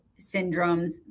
syndromes